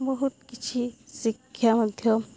ବହୁତ କିଛି ଶିକ୍ଷା ମଧ୍ୟ